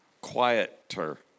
quieter